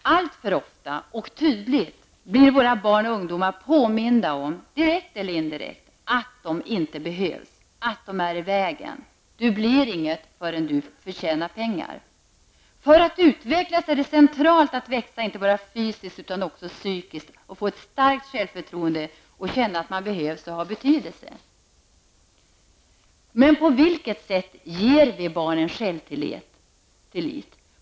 Våra barn och ungdomar blir alltför ofta och tydligt påminda om, direkt eller indirekt, att de inte behövs, att de är i vägen. Du blir inget förrän du förtjänar pengar. För att utvecklas är det centralt att växa inte bara fysiskt utan också psykiskt och få ett starkt självförtroende och att känna att man behövs och har betydelse. På vilket sätt ger vi barnen självtillit?